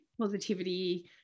positivity